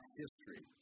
history